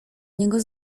niego